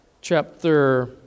Chapter